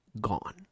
gone